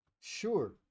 Sure